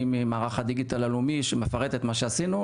ממערך הדיגיטל הלאומי שמפרט את מה שעשינו,